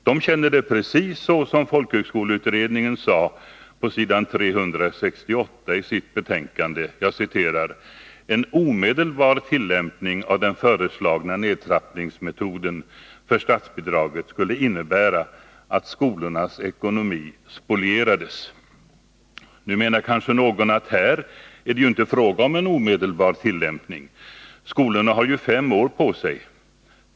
De känner det precis så som folkhögskoleutredningen sade på s. 368 i sitt betänkande: ”En omedelbar tillämpning av den föreslagna nedtrappningsmetoden för statsbidraget skulle innebära att skolornas ekonomi spolierades.” Nu menar kanske någon att här är det inte fråga om en omedelbar tillämpning — skolorna har ju fem år på sig.